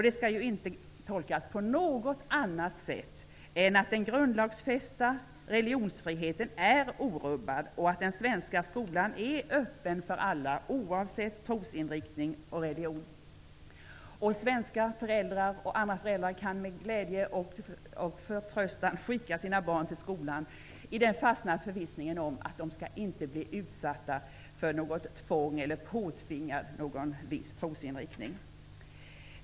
Det skall inte tolkas på något annat sätt än att den grundslagsfästa religionsfriheten är orubbad och att den svenska skolan är öppen för alla, oavsett trosinriktning och religion. Svenska och andra föräldrar kan med glädje och förtröstan skicka sina barn till skolan i den fasta förvissningen om att de inte skall bli utsatta för tvång eller påtvingade någon viss trosinriktning.